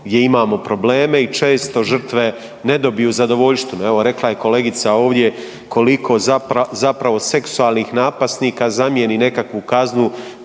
gdje imamo probleme i često žrtve ne dobiju zadovoljštinu. Evo, rekla je kolegica ovdje, koliko zapravo seksualnih napasnika zamijeni nekakvu kaznu